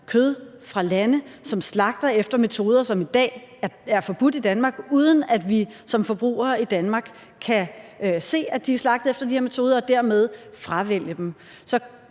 kød fra lande, som slagter efter metoder, som i dag er forbudt i Danmark, uden at vi som forbrugere i Danmark kan se, at de er slagtet efter de her metoder, og dermed fravælge dem.